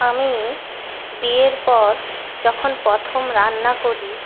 আমি বিয়ের পর যখন প্রথম রান্না করি